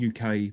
UK